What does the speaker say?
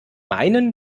meinen